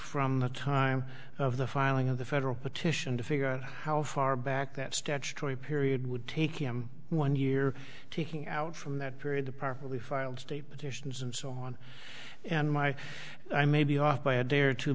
from the time of the filing of the federal petition to figure out how far back that statutory period would take him one year taking out from that period to properly filed state petitions and so on and my eye may be off by a day or two